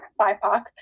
BIPOC